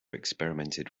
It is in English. experimented